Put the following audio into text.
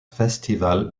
festival